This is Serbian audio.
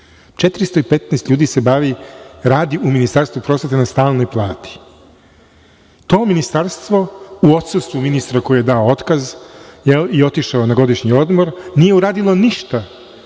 ljudi radi u Ministarstvu prosvete na stalnoj plati. To ministarstvo, u odsustvu ministra koji je dao otkaz i otišao na godišnji odmor, nije uradilo ništa